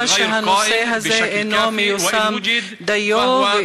אלא שהנושא הזה אינו מיושם דיו.